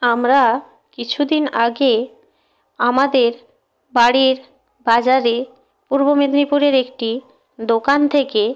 আমরা কিছুদিন আগে আমাদের বাড়ির বাজারে পূর্ব মেদিনীপুরের একটি দোকান থেকে